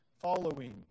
Following